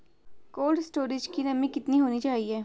Cold storage की नमी कितनी होनी चाहिए?